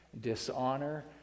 dishonor